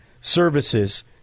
services